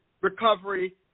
recovery